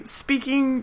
speaking